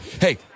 Hey